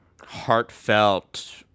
heartfelt